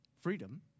Freedom